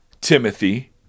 Timothy